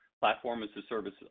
platform-as-a-service